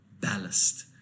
ballast